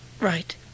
Right